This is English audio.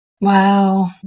Wow